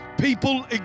people